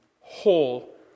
whole